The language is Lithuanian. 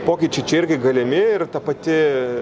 pokyčiai čia irgi galimi ir ta pati